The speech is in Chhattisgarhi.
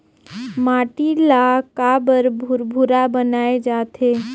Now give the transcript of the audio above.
माटी ला काबर भुरभुरा बनाय जाथे?